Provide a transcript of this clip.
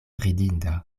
ridinda